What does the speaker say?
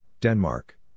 Denmark